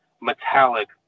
metallic